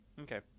Okay